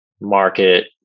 market